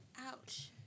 Ouch